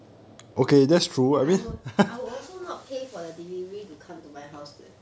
I will I will also not pay for the delivery to come to my house leh